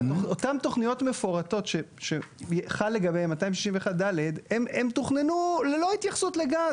אותן תכניות מפורטות שחל לגביהן 261(ד) הן תוכננו ללא התייחסות לגז.